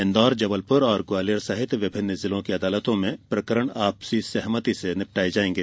इन्दौर जबलपुर और ग्वालियर सहित विभिन्न जिलों की अदालतों में प्रकरण आपसी सहमति से निपटाये जायेंगे